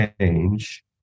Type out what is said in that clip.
change